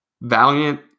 valiant